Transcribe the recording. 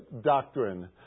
doctrine